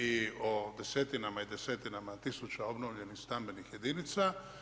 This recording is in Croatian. I o desetinama i desetinama tisuća obnovljenih stambenih jedinica.